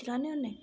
चलाने होन्ने